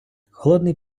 холодний